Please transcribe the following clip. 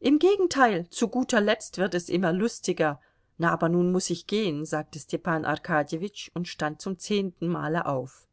im gegenteil zu guter letzt wird es immer lustiger na aber nun muß ich gehen sagte stepan arkadjewitsch und stand zum zehnten male auf